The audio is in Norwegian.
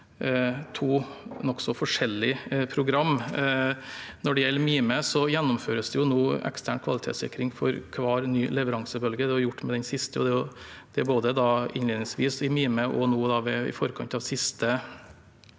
forskjellige programmer. Når det gjelder Mime, gjennomføres det nå ekstern kvalitetssikring for hver nye leveransebølge. Både innledningsvis i Mime og nå i forkant av det